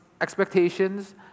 expectations